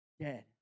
dead